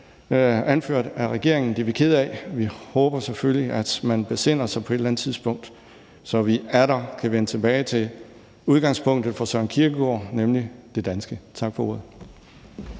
anført af regeringen. Det er vi kede af. Vi håber selvfølgelig, at man besinder sig på et eller andet tidspunkt, så vi atter kan vende tilbage til udgangspunktet for Søren Kierkegaard, nemlig det danske. Tak for ordet.